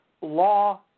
law